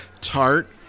tart